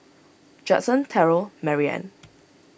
Judson Terrell Marianne